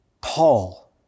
Paul